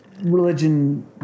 religion